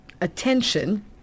attention